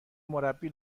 مربی